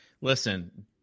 listen